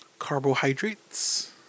carbohydrates